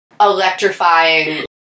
electrifying